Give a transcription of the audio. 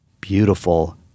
beautiful